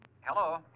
Hello